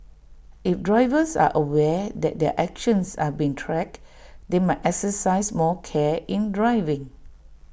if drivers are aware that their actions are being tracked they might exercise more care in driving